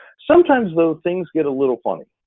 sometimes little things get a little funny,